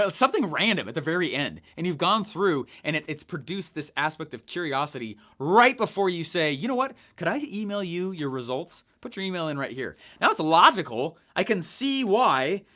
so something random at the very end. and you've gone through and it's produced this aspect of curiosity right before you say you know could i email you your results? put your email in right here. now it's logical, i can see why,